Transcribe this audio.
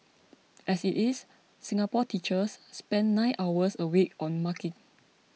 as it is Singapore teachers spend nine hours a week on marking